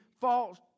false